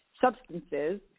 substances